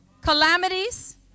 calamities